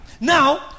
Now